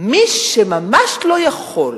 מי שממש לא יכול,